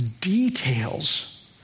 details